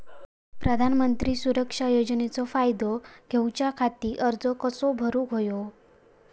प्रधानमंत्री सुरक्षा योजनेचो फायदो घेऊच्या खाती अर्ज कसो भरुक होयो?